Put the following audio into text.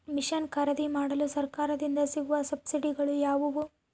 Mission ಖರೇದಿಮಾಡಲು ಸರಕಾರದಿಂದ ಸಿಗುವ ಸಬ್ಸಿಡಿಗಳು ಯಾವುವು?